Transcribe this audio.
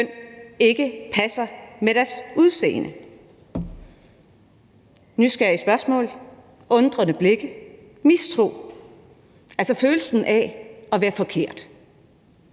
ikke passer med deres udseende. Det drejer sig om nysgerrige spørgsmål, undrende blikke, mistro – altså følelsen af at være forkert.